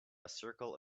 circle